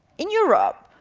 in europe.